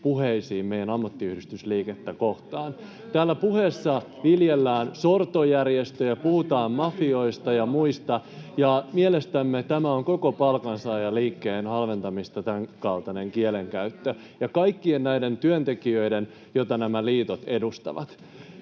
puheisiin meidän ammattiyhdistysliikettä kohtaan. Täällä puheessa viljellään sortojärjestöä ja puhutaan mafioista ja muista, ja mielestämme tämänkaltainen kielenkäyttö on koko palkansaajaliikkeen ja kaikkien näiden työntekijöiden halventamista, joita nämä liitot edustavat.